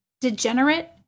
degenerate